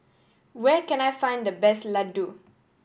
where can I find the best Ladoo